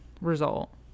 result